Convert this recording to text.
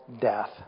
death